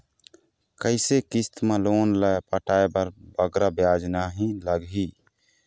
कइसे किस्त मा लोन ला पटाए बर बगरा ब्याज नहीं लगही?